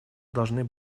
должны